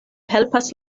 helpas